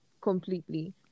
Completely